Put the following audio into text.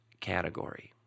category